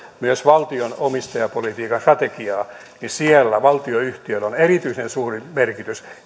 myös valtion omistajapolitiikan strategiaa siellä valtionyhtiöillä on erityisen suuri merkitys